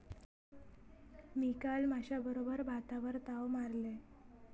मी काल माश्याबरोबर भातावर ताव मारलंय